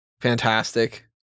Fantastic